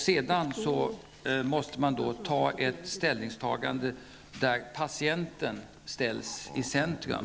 Sedan måste man göra ett ställningstagande där patienten ställs i centrum.